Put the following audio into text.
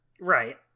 Right